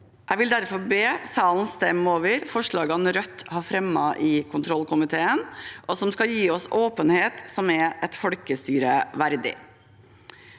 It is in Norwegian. Jeg vil derfor be salen stemme for forslagene Rødt har fremmet i kontrollkomiteen, og som skal gi oss en åpenhet som er et folkestyre verdig.